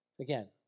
Again